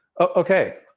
okay